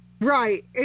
Right